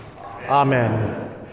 amen